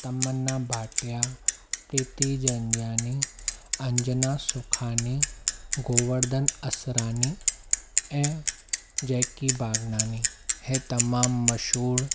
तमन्ना भाटिया प्रीती जनजानी अंजना सुखानी गोवेर्धन असरानी ऐं जैकी भावनानी हे तमाम मशहूर